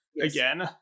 again